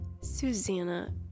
Susanna